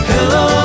Hello